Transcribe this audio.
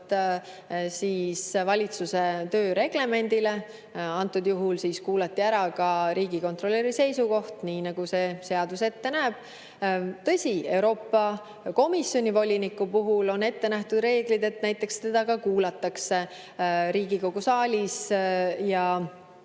valitsuse töö reglemendile. Antud juhul kuulati ära ka riigikontrolöri seisukoht, nii nagu seadus ette näeb. Tõsi, Euroopa Komisjoni voliniku puhul on ette nähtud reeglid, et teda kuulatakse ka Riigikogu saalis ja